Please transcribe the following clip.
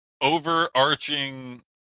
overarching